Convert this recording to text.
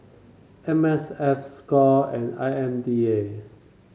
M S F Score and I M D A